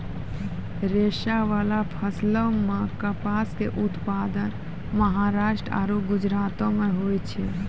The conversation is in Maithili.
रेशाबाला फसलो मे कपासो के उत्पादन महाराष्ट्र आरु गुजरातो मे होय छै